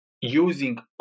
Using